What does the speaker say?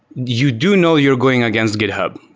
you do know you're going against github,